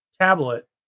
tablet